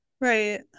right